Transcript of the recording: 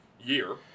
year